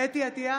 חוה אתי עטייה,